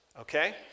okay